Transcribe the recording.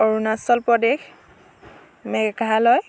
Arunachal Pradesh Meghalaya